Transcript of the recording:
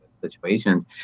situations